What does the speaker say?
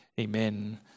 Amen